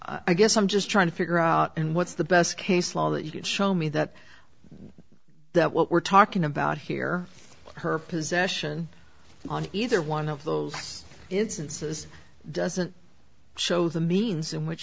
so i guess i'm just trying to figure out and what's the best case law that you could show me that that what we're talking about here her possession on either one of those instances doesn't show the means in wh